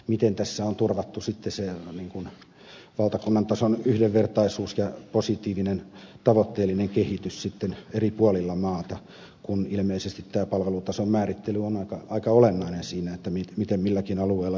miten tässä on turvattu sitten valtakunnan tason yhdenvertaisuus ja positiivinen tavoitteellinen kehitys eri puolilla maata kun ilmeisesti tämä palvelutason määrittely on aika olen nainen siinä miten milläkin alueella ja seudulla joukkoliikennettä suunnitellaan